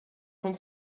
von